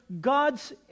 God's